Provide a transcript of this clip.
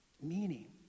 Meaning